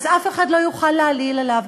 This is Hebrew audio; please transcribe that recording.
אף אחד לא יכול להעליל עליו,